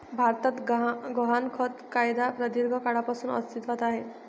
भारतात गहाणखत कायदा प्रदीर्घ काळापासून अस्तित्वात आहे